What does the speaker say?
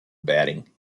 batting